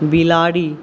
बिलाड़ि